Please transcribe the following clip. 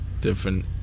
different